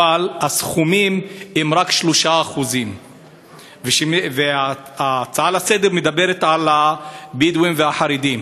אבל הסכומים הם רק 3%. וההצעה לסדר-היום מדברת על הבדואים והחרדים.